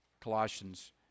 Colossians